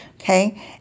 Okay